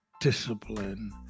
discipline